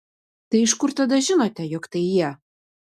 tai iš kur tada žinote jog tai jie